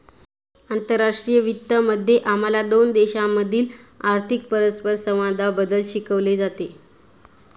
आंतरराष्ट्रीय वित्त मध्ये आम्हाला दोन देशांमधील आर्थिक परस्परसंवादाबद्दल शिकवले जाते